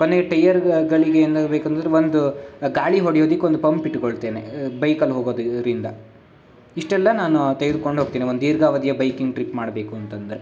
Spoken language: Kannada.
ಕೊನೆಗೆ ಟಯರ್ಗಳಿಗೇನಾ ಬೇಕಂತಂದ್ರೆ ಒಂದು ಗಾಳಿ ಹೊಡಿಯೋದಕ್ಕೆ ಒಂದು ಪಂಪ್ ಇಟ್ಕೊಳ್ತೇನೆ ಬೈಕಲ್ಲಿ ಹೋಗೋದ್ರಿಂದ ಇಷ್ಟೆಲ್ಲ ನಾನು ತೆಗೆದುಕೊಂಡು ಹೋಗ್ತೇನೆ ಒಂದು ದೀರ್ಘಾವಧಿಯ ಬೈಕಿಂಗ್ ಟ್ರಿಪ್ ಮಾಡಬೇಕು ಅಂತಂದರೆ